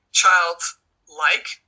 childlike